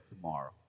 tomorrow